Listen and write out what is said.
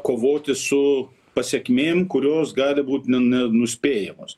kovoti su pasekmėm kurios gali būt ne nenuspėjamos